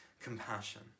compassion